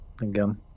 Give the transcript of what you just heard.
again